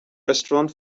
restaurant